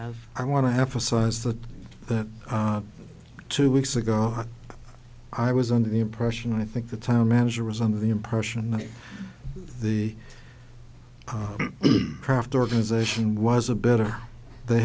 of i want to have a size that that two weeks ago i was under the impression i think the town manager was under the impression that the craft organization was a better they